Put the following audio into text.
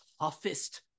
toughest